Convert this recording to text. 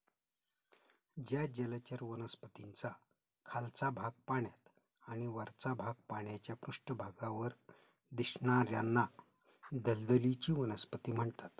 ज्या जलचर वनस्पतींचा खालचा भाग पाण्यात आणि वरचा भाग पाण्याच्या पृष्ठभागावर दिसणार्याना दलदलीची वनस्पती म्हणतात